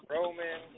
Roman